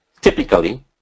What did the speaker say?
typically